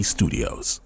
Studios